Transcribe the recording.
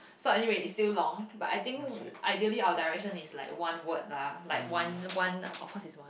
so anyway it's still long but I think ideally our direction is like one word lah like one one of course it's one